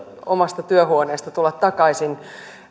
omasta työhuoneesta tulla takaisin